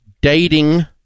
Dating